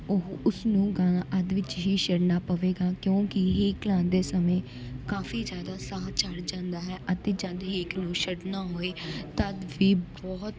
ਉਹ ਉਸ ਨੂੰ ਗਾਣਾ ਅੱਧ ਵਿੱਚ ਹੀ ਛੱਡਣਾ ਪਵੇਗਾ ਕਿਉਂਕਿ ਹੇਕ ਲਾਉਂਦੇ ਸਮੇਂ ਕਾਫ਼ੀ ਜ਼ਿਆਦਾ ਸਾਹ ਚੜ ਜਾਂਦਾ ਹੈ ਅਤੇ ਜਦੋਂ ਹੇਕ ਨੂੰ ਛੱਡਣਾ ਹੋਏ ਤਦ ਵੀ ਬਹੁਤ